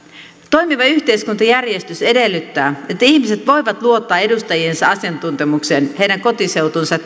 toimiva yhteiskuntajärjestys edellyttää että ihmiset voivat luottaa edustajiensa asiantuntemukseen heidän kotiseutunsa